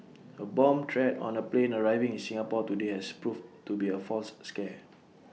A bomb threat on A plane arriving in Singapore today has proved to be A false scare